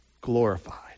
glorified